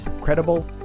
Credible